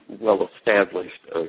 well-established